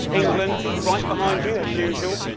england is right behind you, as usual.